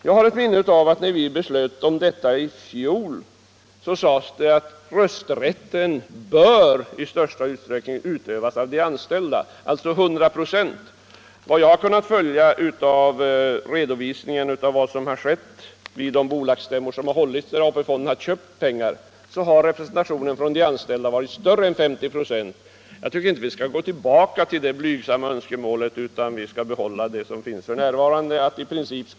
Jag har ett minne av att när vi beslöt om detta i fjol, sades det att rösträtten i största utsträckning bör utövas av de anställda — alltså närmare 100 96. Enligt vad jag har kunnat följa av redovisningen för vad som har skett vid de bolagsstämmor som har hållits där AP-fonden har köpt aktier, har representationen från de anställda varit större än 50 96. Jag tror inte att vi skall gå tillbaka till det blygsamma önskemålet om 50 96 utan att vi skall behålla den princip som finns f. n.